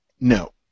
No